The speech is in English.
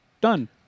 Done